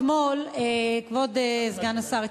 כבוד סגן השר,